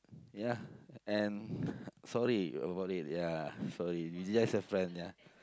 ya and sorry about it ya sorry you're just a friend ya